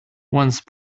once